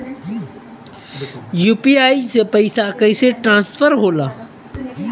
UPI से पैसा कैसे ट्रांसफर होला?